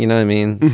and i mean,